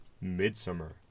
Midsummer